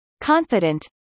Confident